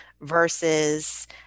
versus